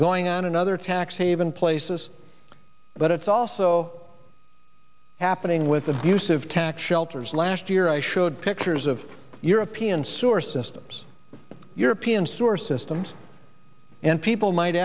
going on another tax haven places but it's also happening with abusive tax shelters last year i showed pictures of european sewer systems european source systems and people might